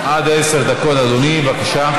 עד עשר דקות, אדוני, בבקשה.